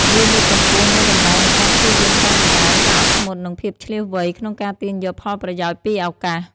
វាលើកកម្ពស់នូវតម្លៃនៃការព្យាយាមតាំងពីដើមការអត់ធ្មត់និងភាពឈ្លាសវៃក្នុងការទាញយកផលប្រយោជន៍ពីឱកាស។